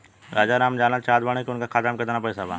राजाराम जानल चाहत बड़े की उनका खाता में कितना पैसा बा?